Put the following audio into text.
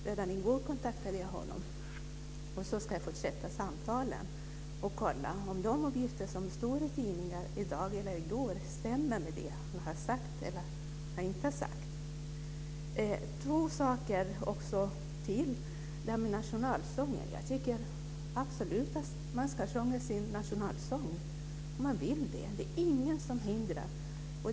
Redan i går kontaktade jag honom och ska fortsätta samtalen och kolla om de uppgifter som stått i tidningarna i dag och i går stämmer med det han har sagt eller inte har sagt. Två saker till vill jag ta upp. Jag tycker absolut att man ska sjunga sin nationalsång om man vill det. Det är ingen som hindrar det.